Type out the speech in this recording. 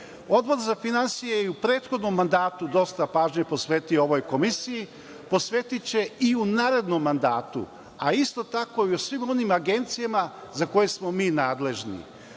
za finansije je i u prethodnom mandatu dosta pažnje posvetio ovoj komisiji. Posvetiće i u narednom mandatu, a isto tako i u svim onim agencijama za koje smo mi nadležni.